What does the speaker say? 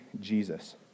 Jesus